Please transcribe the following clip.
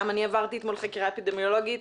גם אני עברתי אתמול חקירה אפידמיולוגית,